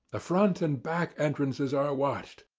ah front and back entrances are watched,